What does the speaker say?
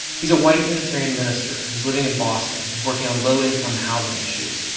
he's a white unitarian minister. he's living in boston. he's working on low-income housing issues.